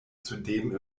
zudem